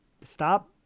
stop